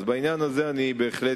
אז בעניין הזה אני בהחלט